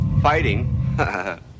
Fighting